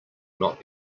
not